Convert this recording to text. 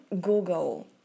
Google